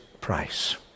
price